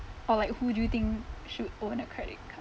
or like who do you think should own a credit card